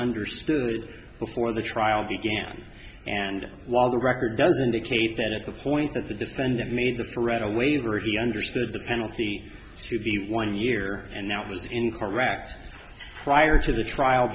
understood before the trial began and while the record does indicate that at the point that the defendant made the foreknow waiver he understood the penalty to be one year and that was incorrect prior to the trial